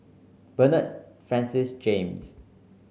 Bernard Francis James